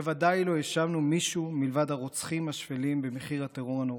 בוודאי לא האשמנו מישהו מלבד הרוצחים השפלים במחיר הטרור הנורא.